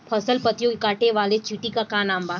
फसल पतियो के काटे वाले चिटि के का नाव बा?